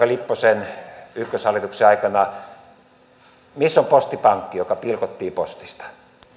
lipposen ykköshallituksen aikana missä on postipankki joka pilkottiin postista